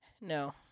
No